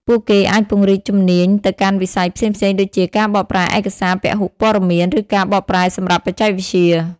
ពួកគេអាចពង្រីកជំនាញទៅកាន់វិស័យផ្សេងៗដូចជា ការបកប្រែឯកសារពហុព័ត៌មានឬការបកប្រែសម្រាប់បច្ចេកវិទ្យា។